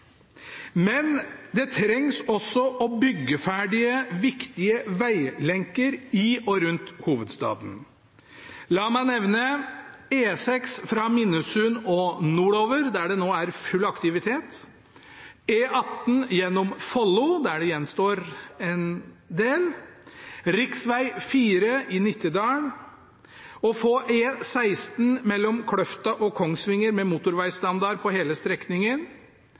Men det trengs også å bygge ferdig viktige veglenker i og rundt hovedstaden. La meg nevne E6 fra Minnesund og nordover, der det nå er full aktivitet, E18 gjennom Follo, der det gjenstår en del, rv. 4 i Nittedal, E16 mellom Kløfta og Kongsvinger, få motorvegstandard på hele strekningen,